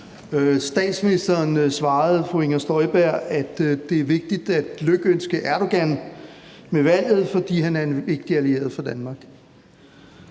Statsministeren svarede fru Inger Støjberg, at det er vigtigt at lykønske Erdogan med valget, fordi han er en vigtig allieret for Danmark.